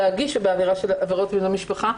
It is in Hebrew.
להגיש בעבירה של עבירות מין במשפחה.